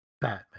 Batman